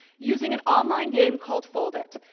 using an online game called fold it!